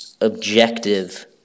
objective